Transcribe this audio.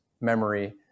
memory